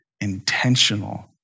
intentional